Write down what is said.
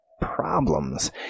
problems